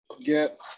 get